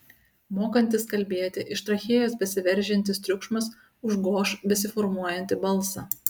mokantis kalbėti iš trachėjos besiveržiantis triukšmas užgoš besiformuojantį balsą